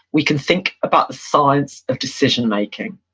we can think about the science of decision making.